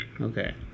okay